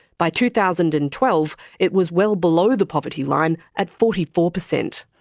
by two thousand and twelve it was well below the poverty line at forty four percent.